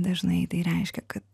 dažnai tai reiškia kad